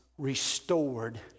Restored